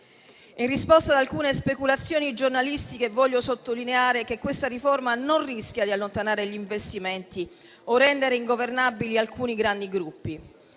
In risposta ad alcune speculazioni giornalistiche, voglio sottolineare che questa riforma non rischia di allontanare gli investimenti o rendere ingovernabili alcuni grandi gruppi.